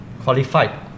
qualified